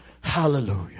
Hallelujah